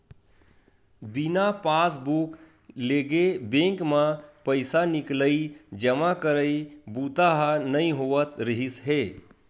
बिना पासबूक लेगे बेंक म पइसा निकलई, जमा करई बूता ह नइ होवत रिहिस हे